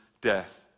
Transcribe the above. death